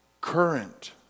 current